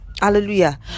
hallelujah